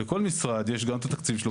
לכל משרד יש גם את התקציב שלו,